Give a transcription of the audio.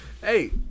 Hey